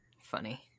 funny